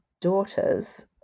daughters